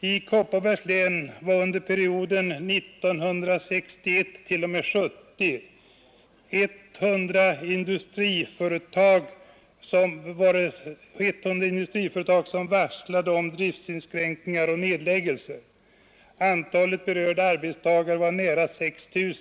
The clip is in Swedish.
I Kopparbergs län var det under åren 1961—1970 130 industriföretag som varslade om driftsinskränkningar och nedläggelser. Antalet berörda arbetstagare var nära 6 000.